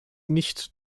nicht